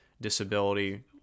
disability